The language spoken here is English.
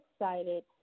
excited